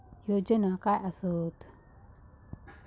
योजना काय आसत?